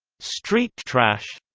street trash